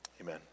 amen